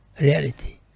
reality